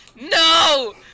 NO